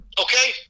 Okay